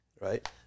right